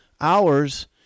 hours